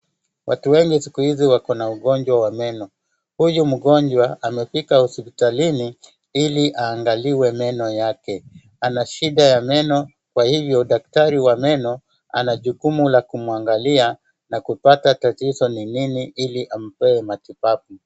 Watu wengi siku hizi wakona ugonjwa wa meno. Huyu mgonjwa amefika hospitalini ili aangaliwe meno yake. Ana shida ya meno, kwa hivyo daktari wa meno ana jukumu la kumwangalia na kupata tatizo ni nini ili ampee matibabu.